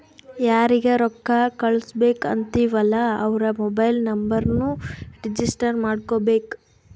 ಯಾರಿಗ ರೊಕ್ಕಾ ಕಳ್ಸುಬೇಕ್ ಅಂತಿವ್ ಅಲ್ಲಾ ಅವ್ರ ಮೊಬೈಲ್ ನುಂಬರ್ನು ರಿಜಿಸ್ಟರ್ ಮಾಡ್ಕೋಬೇಕ್